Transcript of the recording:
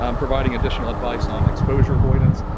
um providing additional advice on exposure avoidance,